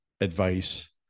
advice